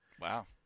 Wow